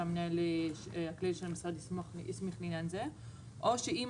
שהמנהל הכללי של המשרד הסמיך בעניין הזה; או שאם